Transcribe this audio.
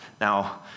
now